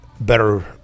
better